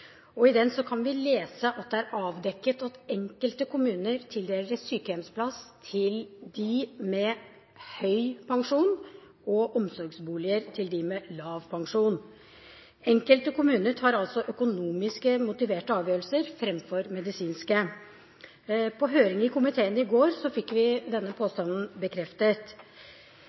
den kan vi lese at det er avdekket at enkelte kommuner tildeler sykehjemsplass til dem med høy pensjon og omsorgsboliger til dem med lav pensjon. Enkelte kommuner tar altså økonomisk motiverte avgjørelser framfor medisinske. I høringen i komiteen i går fikk vi denne påstanden bekreftet.